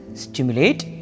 stimulate